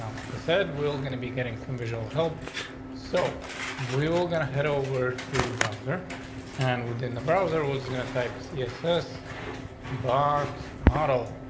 um like i said, we'll gonna be getting some visual help so we will gonna head over to browser and within the browser was gonna type css barks model.